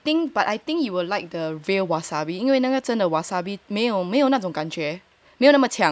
oh okay then I think but I think you will like the real wasabi 因为那个真的 wasabi mayo 没有那种感觉没有那么呛